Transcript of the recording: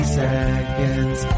seconds